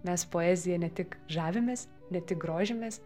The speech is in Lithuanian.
mes poezija ne tik žavimės ne tik grožimės